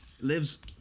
lives